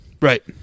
Right